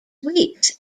weeks